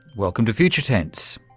welcome to future tense.